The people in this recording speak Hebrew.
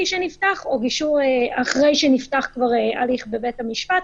שנפתח לבין גישור אחרי שנפתח כבר הליך בבית המשפט,